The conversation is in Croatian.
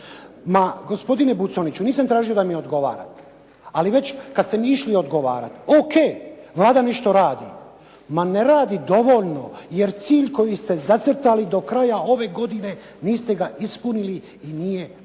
Ma gospodine Buconjiću, nisam tražio da mi odgovarate, ali već kad ste mi išli odgovarati, ok, Vlada nešto radi. Ma ne radi dovoljno jer cilj koji ste zacrtali do kraja ove godine niste ga ispunili i nije blizu.